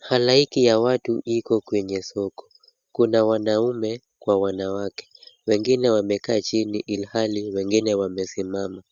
Halaiki ya watu iko kwenye soko. Kuna wanaume kwa wanawake. Wengine wamekaa chini ilhali wengine wamesimama.